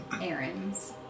errands